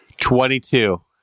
Twenty-two